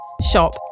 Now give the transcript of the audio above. shop